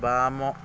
ବାମ